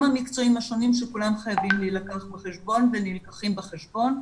המקצועיים השונים שכולם חייבים להילקח בחשבון ונלקחים בחשבון.